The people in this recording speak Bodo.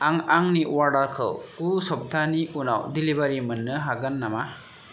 आं आंनि अर्डारखौ गु सप्तानि उनाव डेलिबारि मोन्नो हागोन नामा